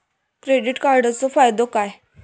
Credit कार्डाचो फायदो काय?